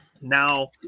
Now